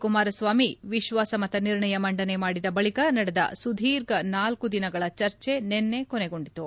ಕುಮಾರಸ್ವಾಮಿ ವಿಶ್ವಾಸಮತ ನಿರ್ಣಯ ಮಂಡನೆ ಮಾಡಿದ ಬಳಿಕ ನಡೆದ ಸುದೀರ್ಘ ನಾಲ್ಲು ದಿನಗಳ ಚರ್ಚೆ ನಿನ್ನೆ ಕೊನೆಗೊಂಡಿತು